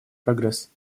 прогресс